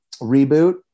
reboot